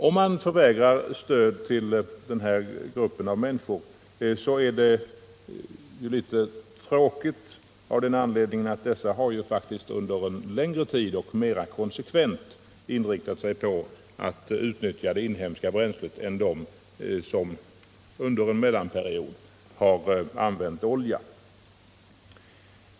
Det är litet tråkigt om myndigheterna förvägrar den här gruppen av människor stöd — av den anledningen att dessa ju faktiskt under en längre tid och mer konsekvent har inriktat sig på att utnyttja det inhemska bränslet än de som under en mellanperiod har använt olja.